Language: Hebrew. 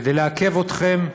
כדי לעכב אתכם,